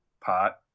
Pot